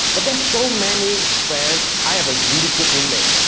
but there's so many friends, i have a really good roommate,